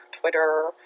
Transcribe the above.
twitter